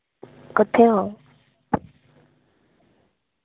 कुत्थे ओ